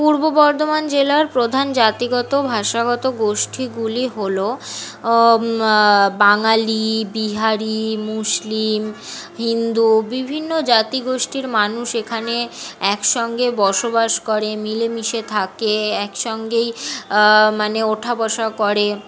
পূর্ব বর্ধমান জেলার প্রধান জাতিগত ভাষাগত গোষ্ঠীগুলি হলো বাঙালি বিহারি মুসলিম হিন্দু বিভিন্ন জাতিগোষ্ঠীর মানুষ এখানে একসঙ্গে বসবাস করে মিলেমিশে থাকে একসঙ্গেই মানে ওঠাবসা করে